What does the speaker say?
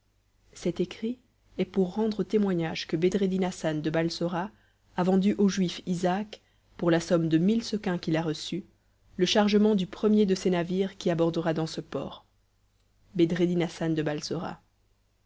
cet écrit est pour rendre témoignage que bedreddin hassan de balsora a vendu au juif isaac pour la somme de mille sequins qu'il a reçus le chargement du premier de ses navires qui abordera dans ce port bedreddin hassan de